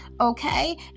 okay